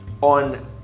on